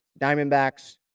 Diamondbacks